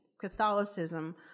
Catholicism